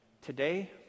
today